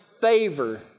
favor